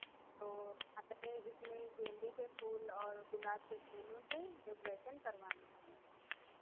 तो हमने इसमें गेंदे के फूल और गुलाब के फूलों से डेकोरेशन करवाना है